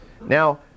Now